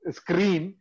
screen